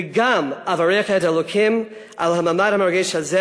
וגם אברך את אלוקים על המעמד המרגש הזה: